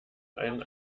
einen